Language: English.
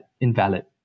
invalid